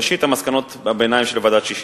ראשית, מסקנות הביניים של ועדת-ששינסקי: